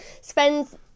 spends